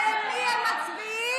ועם מי הם מצביעים?